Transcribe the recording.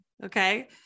Okay